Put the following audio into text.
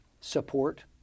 support